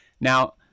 Now